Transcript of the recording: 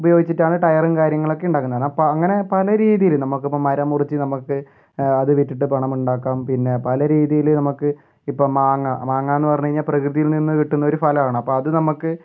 ടയറും കാര്യങ്ങളും ഒക്കെ ഉണ്ടാക്കുന്നത് അപ്പം അങ്ങനെ പല രീതിയിൽ നമുക്ക് ഇപ്പോൾ മരം മുറിച്ചു നമുക്ക് അത് വിറ്റിട്ട് പണം ഉണ്ടാക്കാം പിന്നെ പല രീതിയിൽ നമുക്ക് ഇപ്പോൾ മാങ്ങ മാങ്ങാന്ന് പറഞ്ഞ് കഴിഞ്ഞാൽ പ്രകൃതിയിൽ നിന്ന് കിട്ടുന്ന ഒരു ഫലമാണ് അപ്പോൾ അത് നമുക്ക്